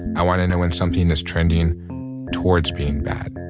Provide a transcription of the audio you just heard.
i want to know when something is trending towards being bad.